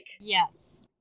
Yes